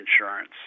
insurance